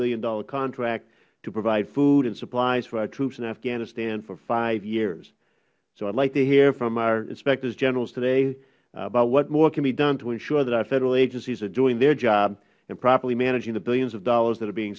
billion contract to provide food and supplies for our troops in afghanistan for five years so i would like to hear from our inspectors general today about what more can be done to ensure that our federal agencies are doing their job and properly managing the billions of dollars that are being